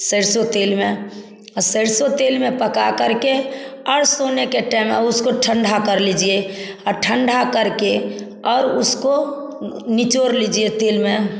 सरसों तेल में सरसों तेल में पका करके और सोने के टाइम में उसको ठंडा कर लीजिए और ठंडा करके और उसको निचोड़ लीजिए तेल में